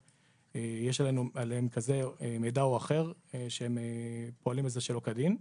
יש עליהם כזה מידע או אחר שהם פועלים בזה שלא כדין.